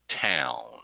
town